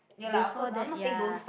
before that ya